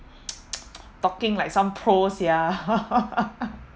talking like some poor sia